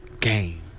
game